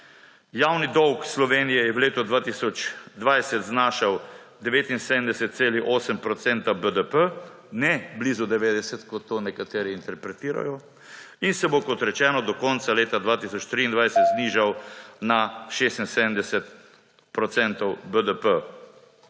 Javni dolg Slovenije je v letu 2020 znašal 79,8 % BDP – ne blizu 90, kot to nekateri interpretirajo – in se bo, kot rečeno, do konca leta 2023 znižal na 76 % BDP.